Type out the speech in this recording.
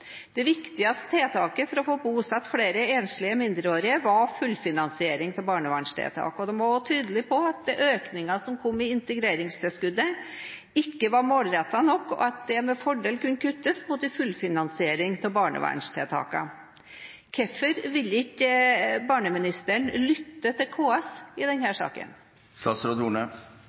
barnevernstiltak, og de var også tydelige på at den økningen som kom i integreringstilskuddet, ikke var målrettet nok og at det med fordel kunne kuttes, mot en fullfinansiering av barnevernstiltakene. Hvorfor vil ikke barneministeren lytte til KS i